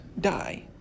die